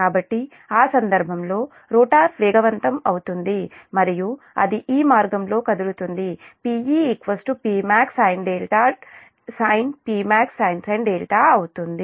కాబట్టి ఆ సందర్భంలో రోటర్ వేగవంతం అవుతుంది మరియు అది ఈ మార్గంలో కదులుతుంది Pe Pmax sin δ delta sin Pmax sin δ అవుతుంది